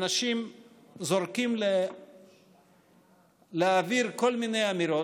אנשים זורקים לאוויר כל מיני אמירות,